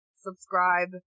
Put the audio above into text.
subscribe